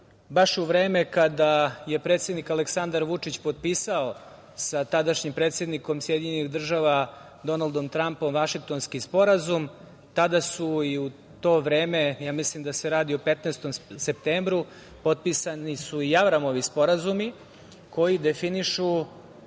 baš u vreme kada je predsednik Aleksandar Vučić potpisao sa tadašnjim predsednikom SAD, Donaldom Trampom, Vašingtonski sporazum, tada su, u to vreme, mislim da se radi o 15. septembru, potpisani su Avramovi sporazumi, koji definišu